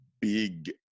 big